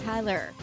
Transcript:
Tyler